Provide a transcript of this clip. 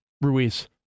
Ruiz